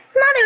Mother